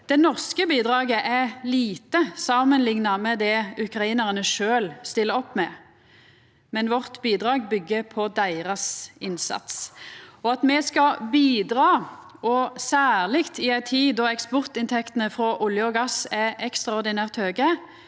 Det norske bidraget er lite samanlikna med det ukrainarane sjølve stiller opp med, men bidraget vårt byggjer på deira innsats. At me skal bidra – og særleg i ei tid då eksportinntektene frå olje og gass er ekstraordinært høge